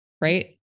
right